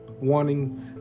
wanting